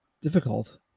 difficult